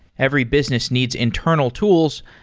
every business needs internal tools,